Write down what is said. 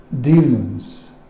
demons